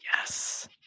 yes